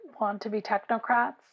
want-to-be-technocrats